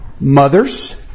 Mothers